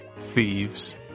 Thieves